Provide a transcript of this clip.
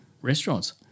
restaurants